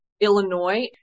Illinois